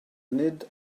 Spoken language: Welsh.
nid